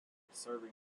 serving